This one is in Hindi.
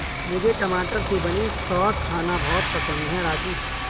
मुझे टमाटर से बने सॉस खाना बहुत पसंद है राजू